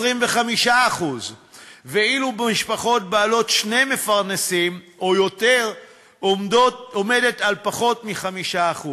25%; ואילו משפחות בעלות שני מפרנסים או יותר עומדות על פחות מ-5%.